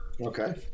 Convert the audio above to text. Okay